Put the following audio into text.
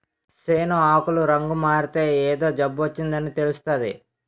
సేను ఆకులు రంగుమారితే ఏదో జబ్బుసోకిందని తెలుస్తాది